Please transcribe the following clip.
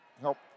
help